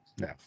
No